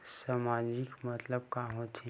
सामाजिक मतलब का होथे?